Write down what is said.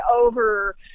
over